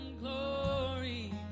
glory